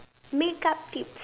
makeup tips